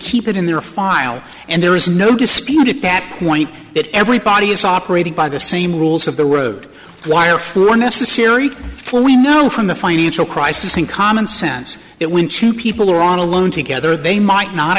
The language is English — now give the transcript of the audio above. keep it in their file and there is no dispute at that point that everybody is operating by the same rules of the road why are fewer necessary for we know from the financial crisis and common sense that when two people are on a loan together they might not